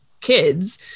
kids